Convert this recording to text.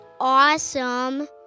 awesome